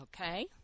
Okay